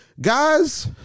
guys